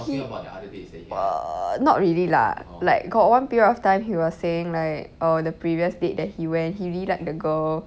he err not really lah like got one period of time he was saying like the previous date that he went he really like the girl